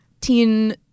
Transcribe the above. teen